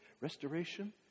Restoration